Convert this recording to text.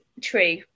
True